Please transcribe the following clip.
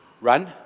run